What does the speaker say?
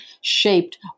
shaped